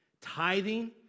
Tithing